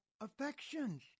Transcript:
affections